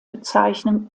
bezeichnung